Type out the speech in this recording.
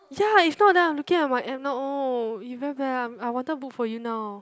ya if not then I looking at my app now oh you very bad I I wanted to book for you now